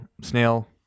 Snail